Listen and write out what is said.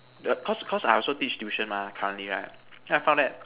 the cause cause I also teacher tuition mah currently right then I found that